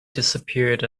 disappeared